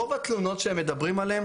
רוב התלונות שהם מדברים עליהם